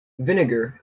vinegar